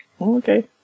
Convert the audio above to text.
Okay